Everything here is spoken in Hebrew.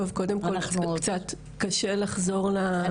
אמילי,